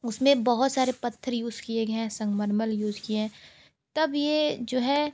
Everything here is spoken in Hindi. उसमें बहुत सारे पत्थर यूज़ किए गए हैं संगमरमर यूज़ किए तब ये जो है